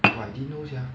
!wah! I didn't know sia